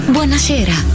Buonasera